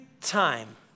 time